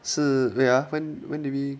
是 wait ah when when did we